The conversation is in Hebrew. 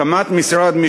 הקמת משרד,